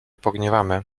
pogniewamy